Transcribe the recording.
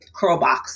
Curlbox